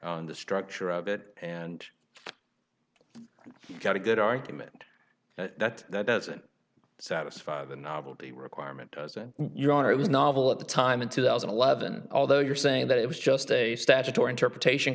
on the structure of it and you got a good argument that that doesn't satisfy the novelty requirement your honor it was novel at the time in two thousand and eleven although you're saying that it was just a statutory interpretation